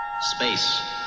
space